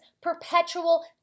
perpetual